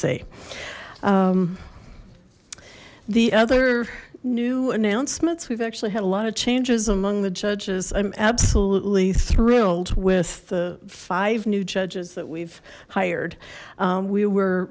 ramsey the other new announcements we've actually had a lot of changes among the judges i'm absolutely thrilled with the five new judges that we've hired we were